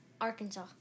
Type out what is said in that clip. Arkansas